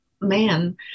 man